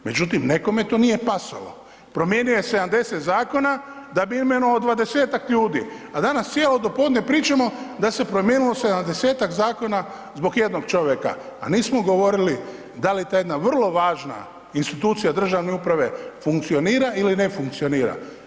Međutim nekome to nije pasalo, promijenio je 70 zakona da bi imenovao 20-tak ljudi, a danas cijelo dopodne pričamo da se promijenilo 70-tak zakona zbog jednog čovjeka, a nismo govorili da li ta jedna vrlo važna institucija državne uprave funkcionira ili ne funkcionira.